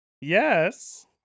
Yes